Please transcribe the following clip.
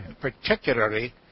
particularly